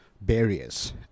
barriers